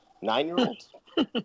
nine-year-old